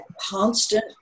constant